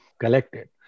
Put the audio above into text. collected